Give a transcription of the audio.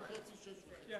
הוא לא חושב שאקוניס